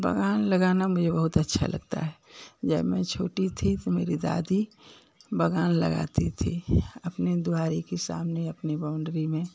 बगान लगाना मुझे बहुत अच्छा लगता है जब मैं छोटी थी तो मेरी दादी बगान लगाती थी अपने दुआरे के सामने अपनी बॉउन्ड्री में